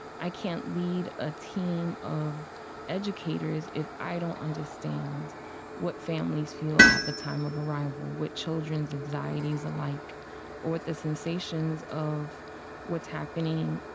i can't lead a team of educators if i don't understand what families feel at the time of arrival, which children's anxieties are like or what the sensations of what's happening.